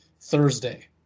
Thursday